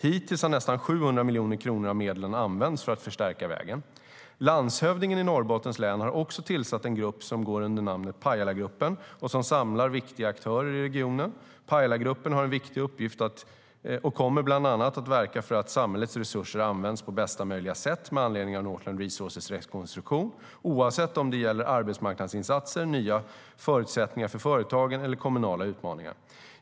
Hittills har nästan 700 miljoner kronor av medlen använts för att förstärka vägen. Landshövdingen i Norrbottens län har också tillsatt en grupp som går under namnet Pajalagruppen och som samlar viktiga aktörer i regionen. Pajalagruppen har en viktig uppgift och kommer bland annat att verka för att samhällets resurser används på bästa möjliga sätt med anledning av Northland Resources rekonstruktion, oavsett om det gäller arbetsmarknadsinsatser, nya förutsättningar för företagen eller kommunala utmaningar.